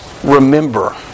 Remember